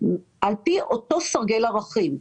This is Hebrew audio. - על פי אותו סרגל ערכים.